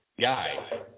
guy